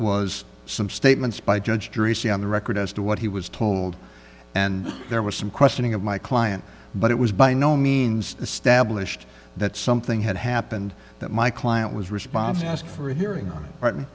was some statements by judge jury see on the record as to what he was told and there was some questioning of my client but it was by no means established that something had happened that my client was responsive ask for a hearing on